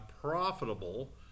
profitable